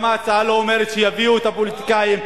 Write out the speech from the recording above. גם ההצעה לא אומרת שיביאו את הפוליטיקאים.